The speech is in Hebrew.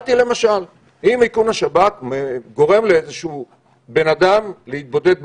אם איכון השב"כ גורם לאיזה אדם להתבודד בבית,